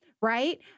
right